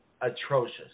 atrocious